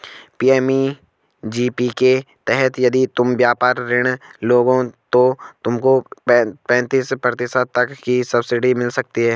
PMEGP के तहत यदि तुम व्यापार ऋण लोगे तो तुमको पैंतीस प्रतिशत तक की सब्सिडी मिल सकती है